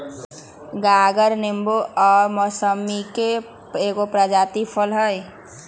गागर नेबो आ मौसमिके एगो प्रजाति फल हइ